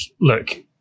look